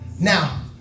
Now